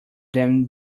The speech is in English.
them